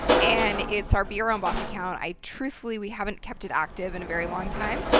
and it's our be your own boss account. i truthfully, we haven't kept it active in a very long time.